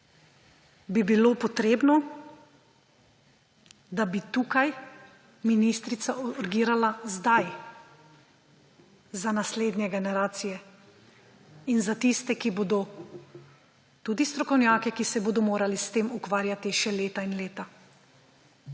bi bilo potrebno, da bi tukaj ministrica urgirala zdaj za naslednje generacije in za tiste, tudi strokovnjake, ki se bodo morali s tem ukvarjati še leta in leta.